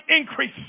increase